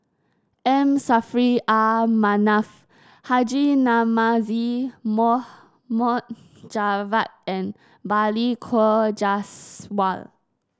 M Saffri Ah Manaf Haji Namazie Mohd Mohd Javad and Balli Kaur Jaswal